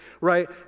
right